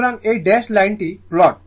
সুতরাং এই ড্যাশ লাইনটি প্লট